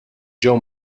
ġew